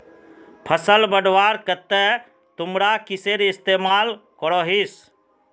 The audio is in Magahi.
फसल बढ़वार केते तुमरा किसेर इस्तेमाल करोहिस?